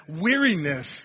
weariness